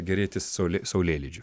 gėrėtis saulė saulėlydžiu